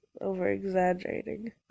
over-exaggerating